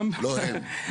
לא הם.